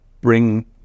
Bring